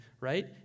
right